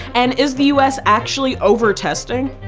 and is the u s. actually overtesting?